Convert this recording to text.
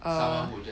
err